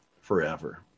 forever